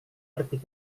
pergi